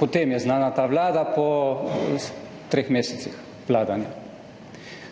Po tem je znana ta vlada po treh mesecih vladanja.